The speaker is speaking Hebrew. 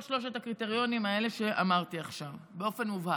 שלושת הקריטריונים האלה שאמרתי עכשיו באופן מובהק.